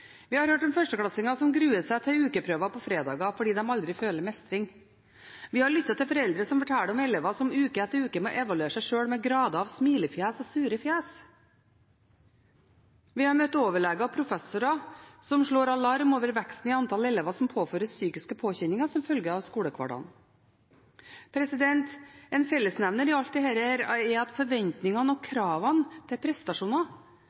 Vi har hørt om førsteklassinger som gruer seg til ukeprøver på fredager fordi de aldri føler mestring. Vi har lyttet til foreldre som forteller om elever som uke etter uke må evaluere seg sjøl med grader av smilefjes og sure fjes. Vi har møtt overleger og professorer som slår alarm over veksten i antall elever som påføres psykiske påkjenninger som følge av skolehverdagen. En fellesnevner i alt dette er at forventningene og kravene til prestasjoner